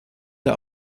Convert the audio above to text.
der